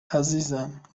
عزیزم